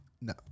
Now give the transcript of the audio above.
No